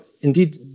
indeed